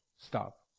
stop